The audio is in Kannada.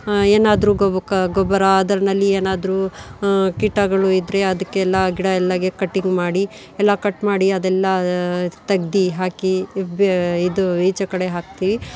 ಏನಾದ್ರೂ ಗೊಬ್ ಕ ಗೊಬ್ಬರ ಅದರ್ನಲ್ಲಿ ಏನಾದ್ರೂ ಕೀಟಗಳು ಇದ್ದರೆ ಅದಕ್ಕೆಲ್ಲ ಗಿಡ ಎಲ್ಲಾ ಕಟಿಂಗ್ ಮಾಡಿ ಎಲ್ಲ ಕಟ್ ಮಾಡಿ ಅದೆಲ್ಲ ತೆಗ್ದು ಹಾಕಿ ಇದು ಈಚೆ ಕಡೆ ಹಾಕ್ತೀವಿ